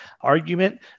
argument